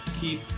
keep